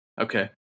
Okay